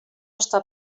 està